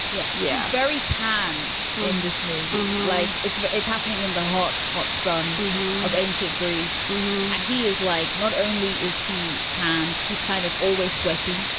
yes. yeah very tanned in this movie. like it's it's happening in the hot, hot sun of ancient greece. and he is like. not only is he tanned, he's kind of always sweaty.